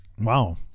wow